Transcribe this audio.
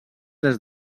des